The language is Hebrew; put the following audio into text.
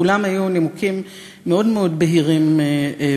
לכולם היו נימוקים מאוד מאוד בהירים וטובים